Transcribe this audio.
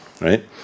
right